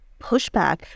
pushback